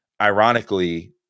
ironically